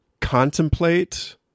contemplate